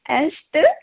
अस्तु